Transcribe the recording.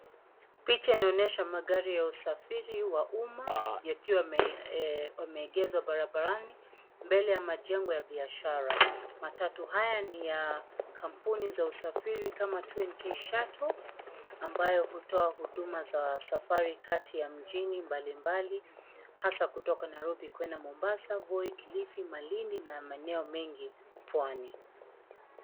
Picha inayoonyesha magari ya usafiri wa umma yakiwa yameegeshwa barabarani mbele ya majengo ya biashara. Matatu haya ni ya kampuni za usafiri kama Twin Key Shuttle ambayo hutoa huduma za safari kati ya mjini mbalimbali hasa kutoka Nairobi kwenda Mombasa, Voi, Kilifi, Malindi na maeneo mengi Pwani.